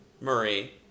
Marie